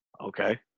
Okay